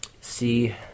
see